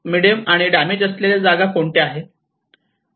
medium आणि damage असलेल्या जागा कोणत्या आहेत